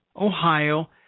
Ohio